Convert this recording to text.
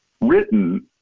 written